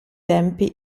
tempi